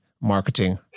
marketing